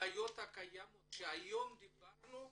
והבעיות הקיימות שדיברנו עליהם